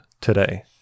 today